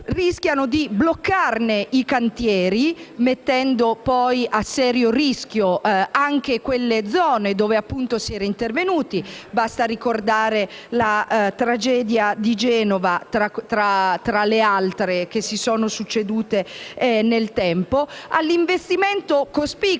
rischiano di bloccare i cantieri, mettendo poi a serio rischio anche quelle zone dove appunto si era intervenuti. Basta ricordare la tragedia di Genova, tra le altre che si sono succedute nel tempo. C'è poi l'investimento cospicuo